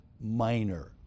Minor